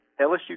LSU